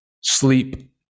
sleep